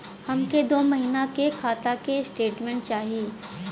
हमके दो महीना के खाता के स्टेटमेंट चाही?